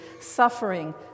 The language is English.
suffering